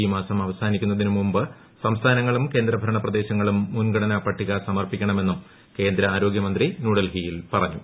ഈ മാസം അവസാനിക്കുന്നതിന് മുൻപ് സംസ്ഥാനങ്ങളും കേന്ദ്രഭരണപ്രദേശങ്ങളും മുൻഗണനാ പട്ടിക സമർപ്പിക്കണമെന്നും കേന്ദ്ര ആരോഗൃമന്ത്രി ന്യൂഡൽഹിയിൽ പറഞ്ഞു